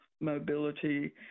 mobility